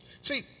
see